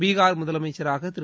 பீகார் முதலமைச்சராக திரு